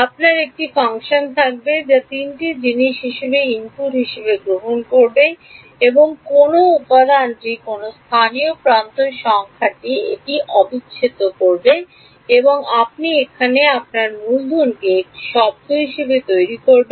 আপনার একটি ফাংশন থাকবে যা তিনটি জিনিস হিসাবে ইনপুট হিসাবে গ্রহণ করবে কোন উপাদানটি কোন স্থানীয় প্রান্ত সংখ্যাটি এটি অবিচ্ছেদ্য করবে এবং আপনি এখানে আপনার মূলধনকে একটি শব্দ তৈরি করবেন